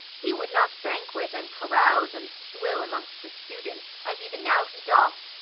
he would not banquet, and carouse, and swill amongst the students, as even now he doth,